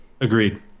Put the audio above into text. Agreed